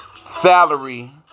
salary